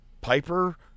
Piper